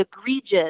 egregious